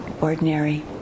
ordinary